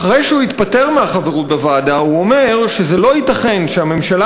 אחרי שהוא התפטר מהחברות בוועדה הוא אומר שזה לא ייתכן שהממשלה